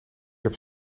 heb